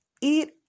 Eat